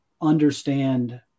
understand